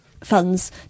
funds